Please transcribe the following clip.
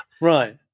Right